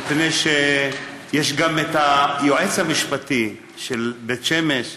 מפני שיש גם היועץ המשפטי של עיריית בית שמש,